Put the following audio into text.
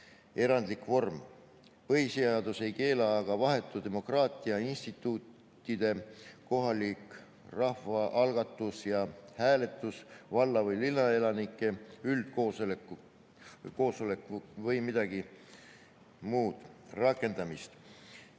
erandlik vorm. Põhiseadus ei keela aga vahetu demokraatia instituutide (kohalik rahvaalgatus ja -hääletus, valla- või linnaelanike üldkoosolek vm) rakendamist,